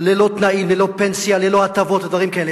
ללא תנאים, ללא פנסיה, ללא הטבות ודברים כאלה.